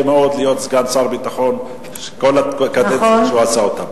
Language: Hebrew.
מאוד להיות סגן שר הביטחון כל הקדנציה שהוא עשה זאת.